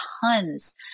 tons